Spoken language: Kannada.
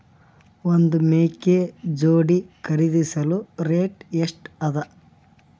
ಒಂದ್ ಮೇಕೆ ಜೋಡಿ ಖರಿದಿಸಲು ರೇಟ್ ಎಷ್ಟ ಅದ?